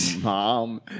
Mom